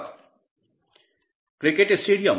छात्र cricket stadium